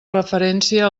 referència